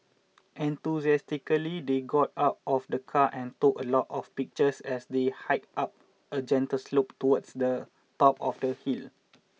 enthusiastically they got out of the car and took a lot of pictures as they hiked up a gentle slope towards the top of the hill